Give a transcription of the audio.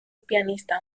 pianista